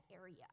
area